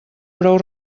prou